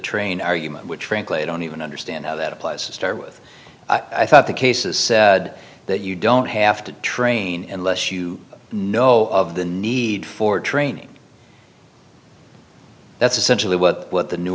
train argument which frankly i don't even understand how that applies to start with i thought the cases said that you don't have to train and less you know of the need for training that's essentially what what the new